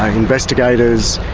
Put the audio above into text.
ah investigators,